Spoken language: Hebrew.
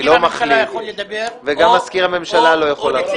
אני לא מחליט, וגם מזכיר הממשלה לא יכול להחליט.